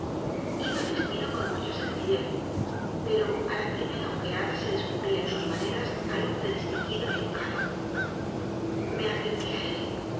iba vestido con mucha sen cillez pero a la primera ojeada se descubría en sus maneras al hombre distinguido y educado me acerqué a él